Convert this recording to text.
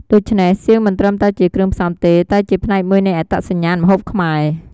ដូច្នេះ សៀងមិនត្រឹមតែជាគ្រឿងផ្សំទេ តែជាផ្នែកមួយនៃអត្តសញ្ញាណម្ហូបខ្មែរ។